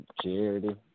charity